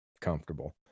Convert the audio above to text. comfortable